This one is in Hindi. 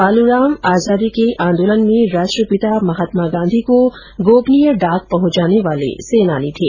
बालूराम आजादी के आंदोलन में राष्ट्रपिता महात्मा गांधी को गोपनीय डाक पहुंचाने वाले सेनानी थे